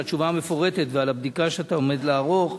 על התשובה המפורטת ועל הבדיקה שאתה עומד לערוך.